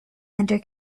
under